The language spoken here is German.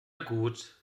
gut